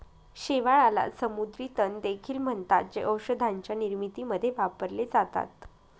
शेवाळाला समुद्री तण देखील म्हणतात, जे औषधांच्या निर्मितीमध्ये वापरले जातात